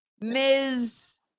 Ms